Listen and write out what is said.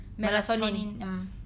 melatonin